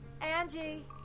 Angie